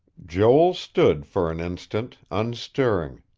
joel stood for an instant, unstirring.